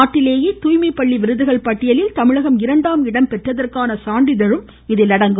நாட்டிலேயே தூய்மை பள்ளி விருதுகள் பட்டியலில் தமிழகம் இரண்டாம் இடம் பெற்றதற்கான சான்றிதழும் இதில் அடங்கும்